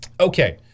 Okay